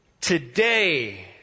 Today